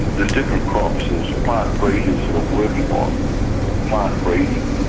there's different crops, there's plant breeders that are working on plant breeding,